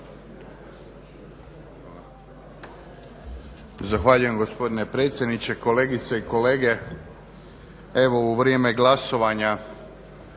Zahvaljujem gospodine predsjedniče. Kolegice i kolege, evo u vrijeme glasovanja